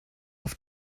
auf